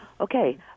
Okay